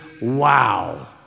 wow